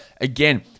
again